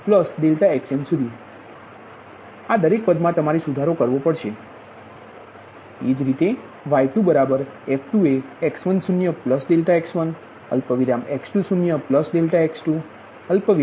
xn0∆xn સુધીદરેક પદમા તમારે સુધારો કરવો પડશે એ જ રીતે y2 બરાબર f2એ x10∆x1 x20∆x2